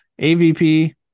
AVP